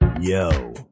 Yo